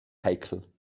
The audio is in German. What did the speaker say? heikel